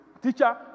teacher